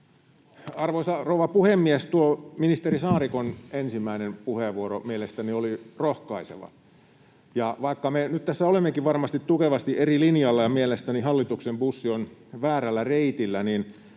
Arvoisa rouva puhemies! Ministeri Saarikon ensimmäinen puheenvuoro oli mielestäni rohkaiseva. Ja vaikka me nyt tässä olemmekin varmasti tukevasti eri linjoilla ja mielestäni hallituksen bussi on väärällä reitillä, niin